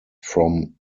from